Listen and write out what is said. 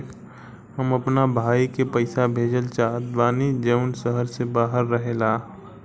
हम अपना भाई के पइसा भेजल चाहत बानी जउन शहर से बाहर रहेला